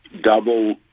double